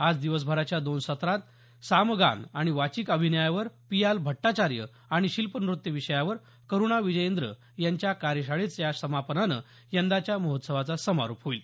आज दिवसभराच्या दोन सत्रात सामगान आणि वाचिक अभिनयावर पियाल भट्टाचार्य आणि शिल्पनृत्य विषयावर करुणा विजयेंद्र यांच्या कार्यशाळेच्या समापनानं यंदाच्या महोत्सवाचा समारोप होईल